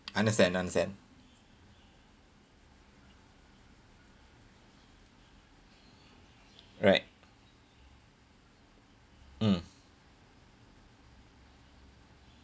understand understand right mm